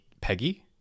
Peggy